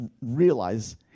realize